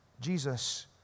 Jesus